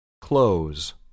close